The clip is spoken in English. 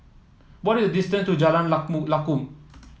what is the distance to Jalan Lakum